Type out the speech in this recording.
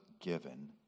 given